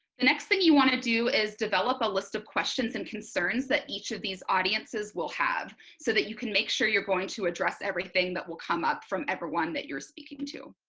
the next thing you want to do is develop a list of questions and concerns that each of these audiences will have so that you can make sure you're going to address everything that will come up from everyone that you're speaking to.